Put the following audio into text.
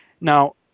Now